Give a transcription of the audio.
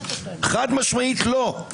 חד משמעית לא.